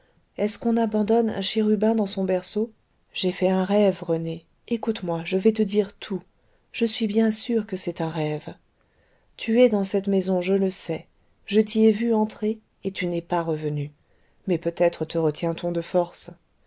est-ce qu'on abandonne un chérubin dans son berceau j'ai fait un rêve rené écoute-moi je vais te dire tout je suis bien sûre que c'est un rêve tu es dans cette maison je le sais je t'y ai vu entrer et tu n'es pas revenu mais peut-être te retient on de force